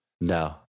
No